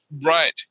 right